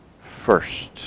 first